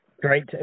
great